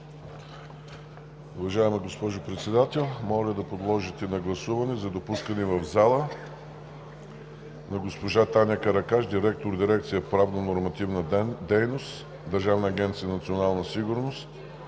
Уважаема госпожо Председател, моля да подложите на гласуване за допускане в залата на госпожа Таня Каракаш – директор на дирекция „Правно нормативна дейност“ в Държавната агенция „Национална сигурност“,